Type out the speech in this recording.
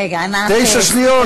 תשע שניות?